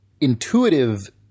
intuitive